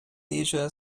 asia